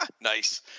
Nice